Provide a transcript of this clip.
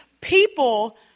people